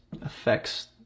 affects